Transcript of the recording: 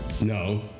No